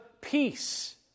peace